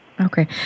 Okay